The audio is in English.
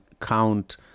count